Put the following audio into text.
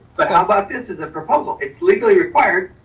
like ah but this as a proposal it's legally required,